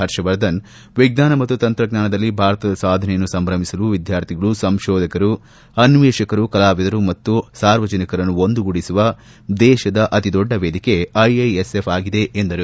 ಹರ್ಷವರ್ಧನ್ ವಿಜ್ಞಾನ ಮತ್ತು ತಂತ್ರಜ್ಞಾನದಲ್ಲಿ ಭಾರತದ ಸಾಧನೆಯನ್ನು ಸಂಭ್ರಮಿಸಲು ವಿದ್ಯಾರ್ಥಿಗಳು ಸಂಶೋಧಕರು ಅನ್ವೇಷಕರು ಕಲಾವಿದರು ಮತ್ತು ಸಾರ್ವಜನಿಕರನ್ನು ಒಂದುಗೂಡಿಸುವ ದೇಶದ ಅತಿ ದೊಡ್ಡ ವೇದಿಕೆ ಐಐಎಸ್ಎಫ್ ಆಗಿದೆ ಎಂದರು